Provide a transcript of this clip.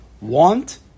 Want